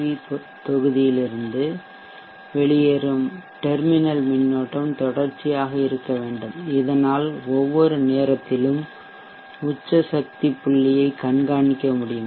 we தொகுதியிலிருந்து வெளியேறும் முனையடெர்மினல் மின்னோட்டம் தொடர்ச்சியாக இருக்க வேண்டும் இதனால் ஒவ்வொரு நேரத்திலும் உச்ச சக்தி புள்ளியைக் கண்காணிக்க முடியும்